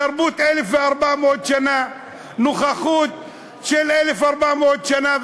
תרבות של 1,400 שנה ונוכחות של 1,400 שנה,